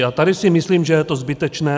A tady si myslím, že je to zbytečné.